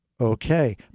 okay